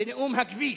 ונאום הכביש,